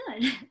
good